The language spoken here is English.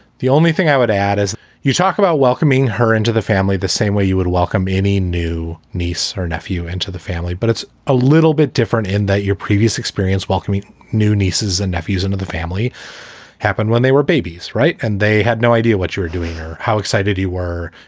the only thing i would add is you talk about welcoming her into the family the same way you would welcome any new niece or nephew into the family. but it's a little bit different in that your previous experience welcoming new nieces and nephews into the family happened when they were babies. right. and they had no idea what you were doing or how excited you were.